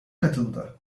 katıldı